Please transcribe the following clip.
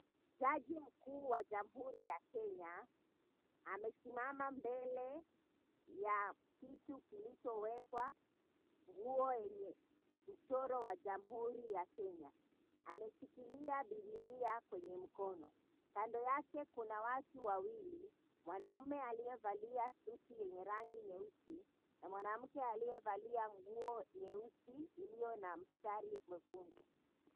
Jaji mkuu wa Jamhuri ya Kenya amesimama mbele ya kitu kilichowekwa nguo yenye mchoro wa Jamhuri ya Kenya. Ameshikilia Biblia kwenye mkono. Kando yake kuna watu wawili, mwanaume aliyevalia suti yenye rangi nyeusi na mwanamke aliyevalia nguo nyeusi iliyo na mstari mwekundu.